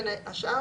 בין השאר,